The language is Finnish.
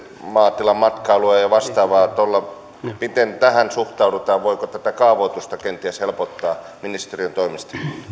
maatilamatkailua ja ja vastaavaa miten tähän suhtaudutaan voiko tätä kaavoitusta kenties helpottaa ministeriön toimesta